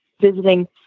visiting